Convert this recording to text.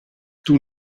toen